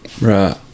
Right